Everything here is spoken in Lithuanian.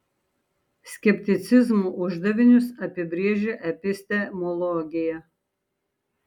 skepticizmo uždavinius apibrėžia epistemologija